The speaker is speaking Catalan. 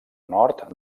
nord